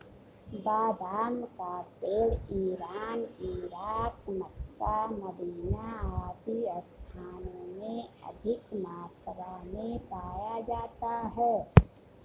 बादाम का पेड़ इरान, इराक, मक्का, मदीना आदि स्थानों में अधिक मात्रा में पाया जाता है